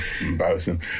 embarrassing